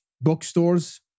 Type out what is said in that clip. bookstores